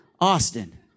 Austin